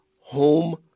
home